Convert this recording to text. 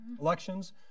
elections